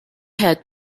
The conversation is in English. had